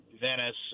Venice